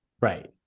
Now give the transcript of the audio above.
Right